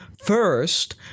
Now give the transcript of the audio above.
first